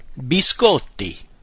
Biscotti